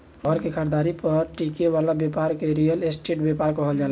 घर के खरीदारी पर टिके वाला ब्यपार के रियल स्टेट ब्यपार कहल जाला